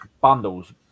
bundles